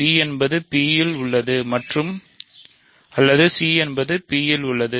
b என்பது P இல் உள்ளது அல்லது c என்பது P இல் உள்ளது